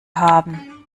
haben